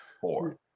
four